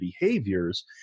behaviors